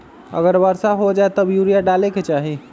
अगर वर्षा हो जाए तब यूरिया डाले के चाहि?